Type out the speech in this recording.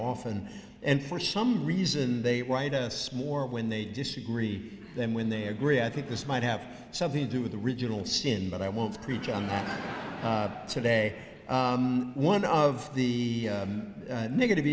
often and for some reason they worried us more when they disagree then when they agree i think this might have something to do with the original sin but i won't preach on that today one of the negative